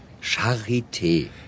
Charité